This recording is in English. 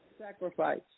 sacrifice